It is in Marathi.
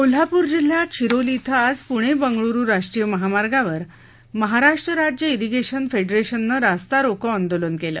कोल्हापूर जिल्ह्यात शिरोली शि आज पुणे बंगळुरु राष्ट्रीय महामार्गावर महाराष्ट्र राज्य शिंगेशन फेडरेशननं रास्ता रोको आंदोलन केलं